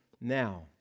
Now